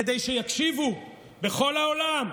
כדי שיקשיבו בכל העולם.